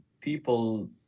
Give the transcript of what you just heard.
people